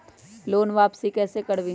Loan वापसी कैसे करबी?